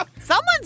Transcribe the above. Someone's